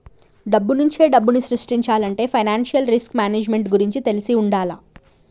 డబ్బునుంచే డబ్బుని సృష్టించాలంటే ఫైనాన్షియల్ రిస్క్ మేనేజ్మెంట్ గురించి తెలిసి వుండాల